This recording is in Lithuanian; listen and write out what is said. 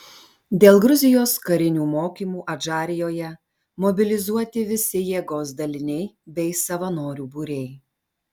dėl gruzijos karinių mokymų adžarijoje mobilizuoti visi jėgos daliniai bei savanorių būriai